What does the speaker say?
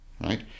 right